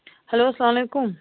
hello السلام علیکُم